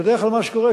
בדרך כלל מה שקורה,